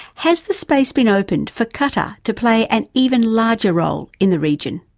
has the space been opened for qatar to play an even large role in the region?